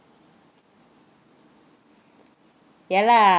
ya lah